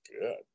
good